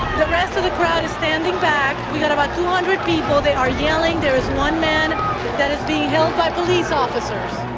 the rest of the crowd is standing back. we got about two hundred people. they are yelling. there is one man that is being held by police officers.